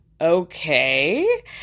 okay